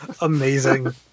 amazing